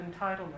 entitlement